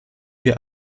wir